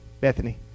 Bethany